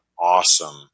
awesome